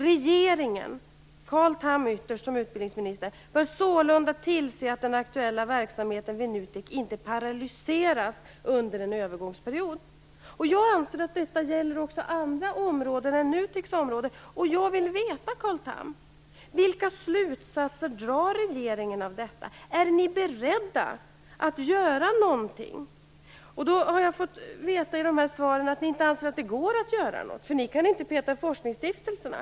Regeringen - Carl Tham ytterst som utbildningsminister - bör sålunda tillse att den aktuella verksamheten vid NUTEK inte paralyseras under en övergångsperiod. Jag anser att detta gäller också andra områden än NUTEK:s område. Jag vill veta, Carl Tham, vilka slutsatser regeringen drar av detta. Är den beredd att göra någonting? Jag har i de här svaren fått veta att regeringen inte anser att den kan göra något eftersom den inte kan komma undan forskningsstiftelserna.